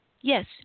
Yes